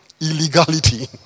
Illegality